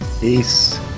Peace